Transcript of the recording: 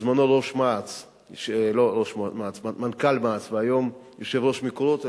בזמנו מנכ"ל מע"צ והיום יושב-ראש "מקורות",